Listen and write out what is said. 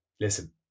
Listen